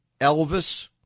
Elvis